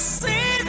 see